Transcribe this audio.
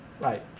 Right